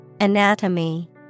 Anatomy